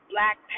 Black